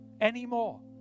anymore